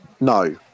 no